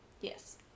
Yes